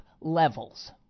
levels